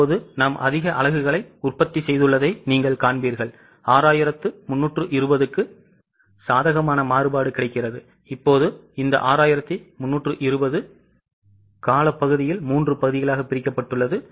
இப்போது நாம் அதிக அலகுகளை உற்பத்தி செய்துள்ளதை நீங்கள் காண்பீர்கள் 6320 க்கு சாதகமான மாறுபாடு கிடைக்கிறது இப்போது இந்த 6320 காலப்பகுதியில் 3 பகுதிகளாக பிரிக்கப்பட்டுள்ளது